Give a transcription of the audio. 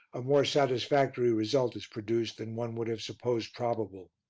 a more satisfactory result is produced than one would have supposed probable,